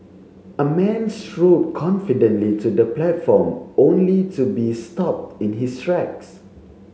a man strode confidently to the platform only to be stopped in his tracks